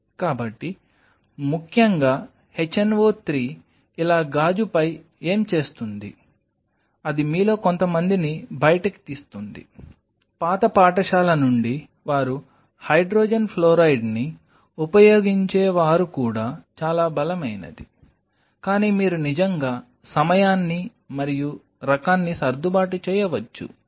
కాబట్టి ముఖ్యంగా hno 3 ఇలా గాజుపై ఏమి చేస్తుంది అది మీలో కొంతమందిని బయటకు తీస్తుంది పాత పాఠశాల నుండి వారు హైడ్రోజన్ ఫ్లోరైడ్ని ఉపయోగించేవారు కూడా చాలా బలమైనది కానీ మీరు నిజంగా సమయాన్ని మరియు రకాన్ని సర్దుబాటు చేయవచ్చు